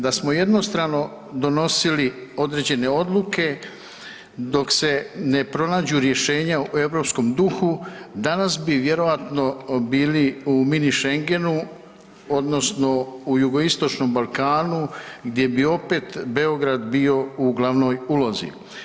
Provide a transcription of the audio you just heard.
Da smo jednostrano donosili određene odluke, dok se ne pronađu rješenja u europskom duhu, danas bi vjerovatno bili u mini Schengenu odnosno u jugoistočnom Balkanu gdje bi opet Beograd bio u glavnoj ulozi.